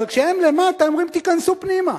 אבל כשהם למטה הם אומרים: תיכנסו פנימה.